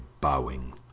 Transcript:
bowing